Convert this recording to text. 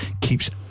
Keeps